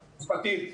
משפטית.